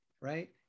right